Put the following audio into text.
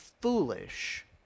foolish